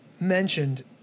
mentioned